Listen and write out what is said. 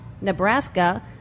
Nebraska